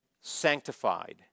Sanctified